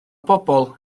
bobl